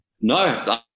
No